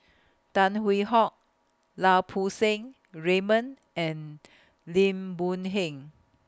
Tan Hwee Hock Lau Poo Seng Raymond and Lim Boon Heng